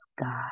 God